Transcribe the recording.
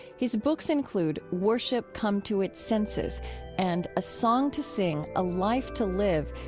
his books include worship come to its senses and a song to sing, a life to live,